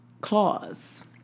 clause